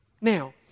Now